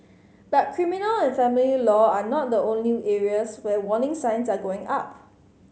but criminal and family law are not the only areas where warning signs are going up